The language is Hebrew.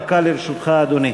דקה לרשותך, אדוני.